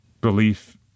belief